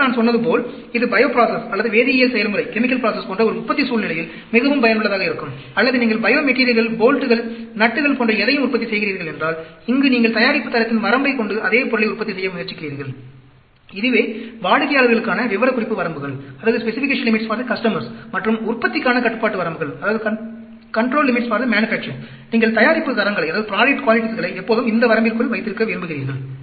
மேலும் நான் சொன்னது போல் இது பையோ ப்ராசஸ் அல்லது வேதியியல் செயல்முறை போன்ற ஒரு உற்பத்தி சூழ்நிலையில் மிகவும் பயனுள்ளதாக இருக்கும் அல்லது நீங்கள் பையோ மெட்டீரியல்கள் போல்ட்கள் நட்டுகள் போன்ற எதையும் உற்பத்தி செய்கிறீர்கள் என்றால் இங்கு நீங்கள் தயாரிப்பு தரத்தின் வரம்பைக் கொண்டு அதே பொருளை உற்பத்தி செய்ய முயற்சிக்கிறீர்கள் இதுவே வாடிக்கையாளர்களுக்கான விவரக்குறிப்பு வரம்புகள் மற்றும் உற்பத்திக்கான கட்டுப்பாடு வரம்புகள் நீங்கள் தயாரிப்பு தரங்களை எப்போதும் இந்த வரம்பிற்குள் வைத்திருக்க விரும்புகிறீர்கள்